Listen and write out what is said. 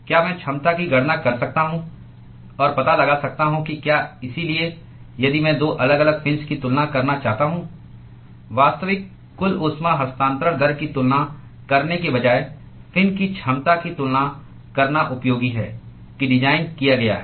क्या मैं क्षमता की गणना कर सकता हूं और पता लगा सकता हूं कि क्या इसलिए यदि मैं दो अलग अलग फिन्स की तुलना करना चाहता हूं वास्तविक कुल ऊष्मा हस्तांतरण दर की तुलना करने के बजाय फिन की क्षमता की तुलना करना उपयोगी है कि डिजाइन किया गया है